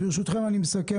ברשותכם אסכם.